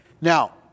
Now